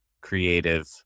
creative